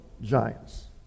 giants